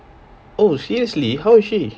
oh seriously how is she